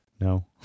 No